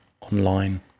online